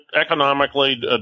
economically